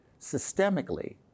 systemically